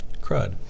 crud